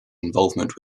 involvement